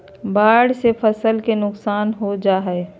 बाढ़ से फसल के नुकसान हो जा हइ